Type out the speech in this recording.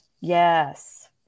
Yes